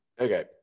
Okay